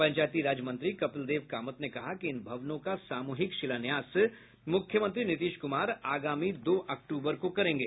पंचायती राज मंत्री कपिलदेव कामत ने कहा कि इन भवनों का सामूहिक शिलान्यास मुख्यमंत्री नीतीश कुमार आगामी दो अक्टूबर को करेंगे